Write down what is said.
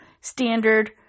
standard